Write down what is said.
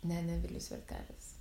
ne ne vilius vertelis